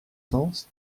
sens